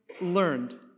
learned